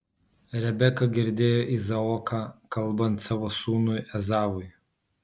rebeka girdėjo izaoką kalbant savo sūnui ezavui